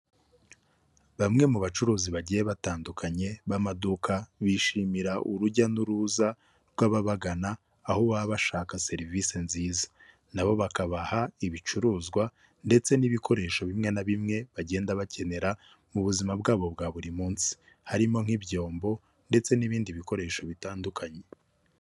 Bamwe mu bacuruzi bagiye batandukanye b'amaduka bishimira urujya n'uruza rw'ababagana aho baba bashaka serivisi nziza nabo bakabaha ibicuruzwa ndetse n'ibikoresho bimwe na bimwe bagenda bakenera mu buzima bwabo bwa buri munsi, harimo nk'ibyombo ndetse n'ibindi bikoresho bitandukanye.